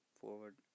forward